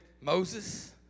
Moses